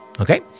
Okay